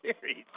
series